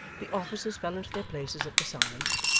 the officers fell into their places at the sides,